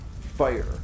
fire